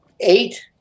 eight